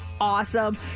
awesome